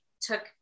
took